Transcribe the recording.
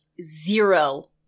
zero